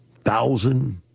thousand